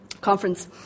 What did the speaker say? conference